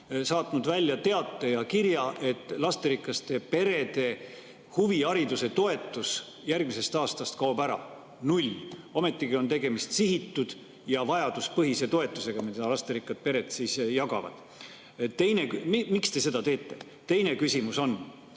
saatnud välja teate ja kirja, et lasterikaste perede huvihariduse toetus järgmisest aastast kaob ära. Null. Ometigi on tegemist sihitud ja vajaduspõhise toetusega, mida lasterikkad pered jagavad. Miks te seda teete? Teine küsimus on: